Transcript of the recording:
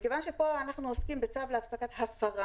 מכיוון שפה אנחנו עוסקים בצו להפסקת הפרה